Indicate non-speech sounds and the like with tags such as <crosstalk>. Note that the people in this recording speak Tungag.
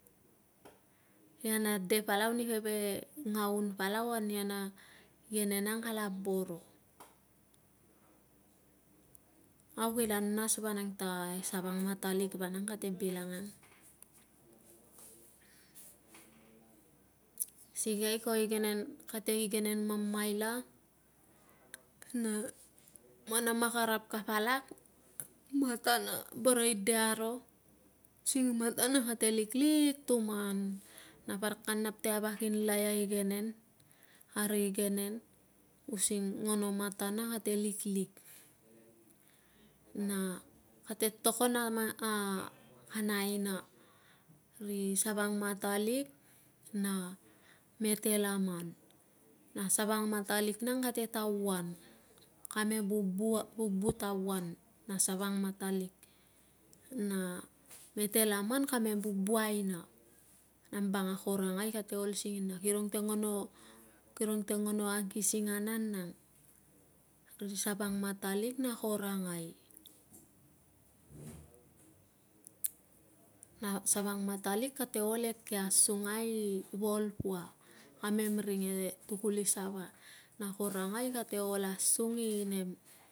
Kianla de palau ni keve ngaun palau a nia na igenen ang kala boro. Au kila nas vanang ta e savangmatalik vanang kate bilangang. Sikei ko igenen, kate igenen mamaila na, man a makarap ka palak <noise> matana boro i de aro <noise> using matana kate liklik tuman na parik kava nap si ka kinlei a igenen, a ri igenen, using ngono matana kate liklik na kate togon a mang, a kana aina, ri savangmatalik na metelaman. Na savangmatalik nang kate tauan. Kamem vubu ai, vubu tauan na savangmatalik, na metelaman kamem vubu aina, nambang a korangai kate ol singina. Kilong a te ngono, kilong te ngono angkisinganan nang, ri savangmatalik na korangai <noise> na savangmatalik kate ol eke asungai i volpua kamem ring, e tukulisava na korangai kate ol asung inem